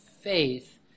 faith